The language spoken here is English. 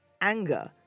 anger